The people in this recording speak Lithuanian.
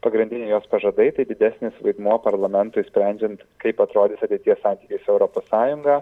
pagrindiniai jos pažadai tai didesnis vaidmuo parlamentui sprendžiant kaip atrodys ateities santykiai su europos sąjunga